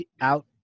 out